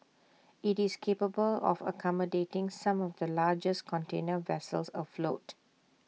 IT is capable of accommodating some of the largest container vessels afloat